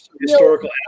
historical